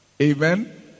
Amen